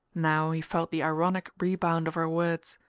now he felt the ironic rebound of her words.